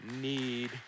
need